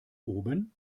oben